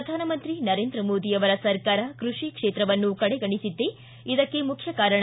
ಶ್ರಧಾನಮಂತ್ರಿ ನರೇಂದ್ರ ಮೋದಿ ಅವರ ಸರ್ಕಾರ ಕೃಷಿ ಕೇತ್ರವನ್ನು ಕಡೆಗಣಿಸಿದ್ದೇ ಇದಕ್ಕೆ ಮುಖ್ಯ ಕಾರಣ